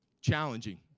challenging